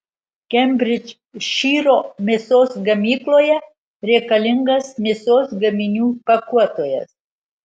kembridžšyro mėsos gamykloje reikalingas mėsos gaminių pakuotojas